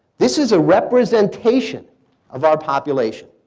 this is a representation of our population.